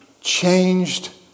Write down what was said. changed